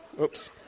Oops